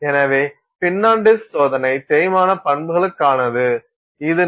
எனவே pin on disk சோதனை தேய்மான பண்புகளுக்கானது